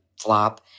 flop